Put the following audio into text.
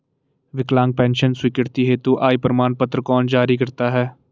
विकलांग पेंशन स्वीकृति हेतु आय प्रमाण पत्र कौन जारी करता है?